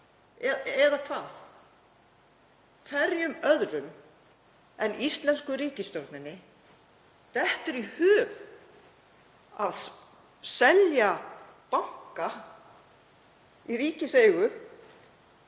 Eða hvað? Hverjum öðrum en íslensku ríkisstjórninni dettur í hug að selja banka í ríkiseigu,